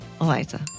Eliza